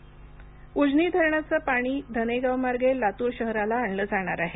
पाणी उजनी धरणाचे पाणी धनेगाव मार्गे लातूर शहराला आणलं जाणार आहे